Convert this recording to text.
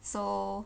so